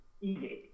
easy